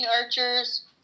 archers